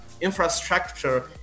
infrastructure